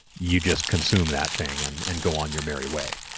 you just consume that thing and and go on your merry way.